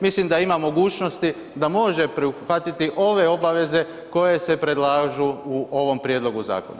Mislim da ima mogućnosti da može prihvatiti ove obaveze koje se predlažu u ovom prijedlogu zakona.